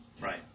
Right